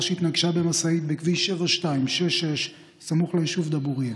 שהתנגשה במשאית בכביש 7266 סמוך לישוב דבורייה.